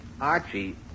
Archie